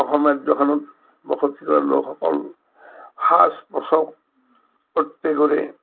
অসম ৰাজ্যখনত বসতি কৰা লোকসকল সাজ পোচাক প্ৰত্যেকৰে